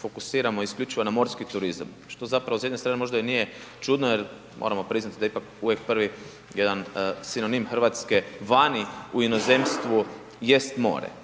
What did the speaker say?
fokusiramo isključivo na morski turizam, što zapravo s jedne strane možda i nije čudno jer, moramo priznat, da je ipak uvijek prvi jedan sinonim RH vani, u inozemstvu, jest more.